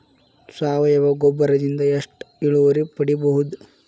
ಸಾವಯವ ಗೊಬ್ಬರದಿಂದ ಎಷ್ಟ ಇಳುವರಿ ಪಡಿಬಹುದ?